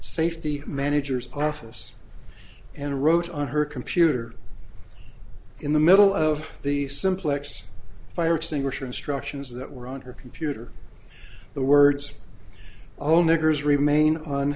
safety manager's office and wrote on her computer in the middle of the simplex fire extinguisher instructions that were on her computer the words all niggers remain on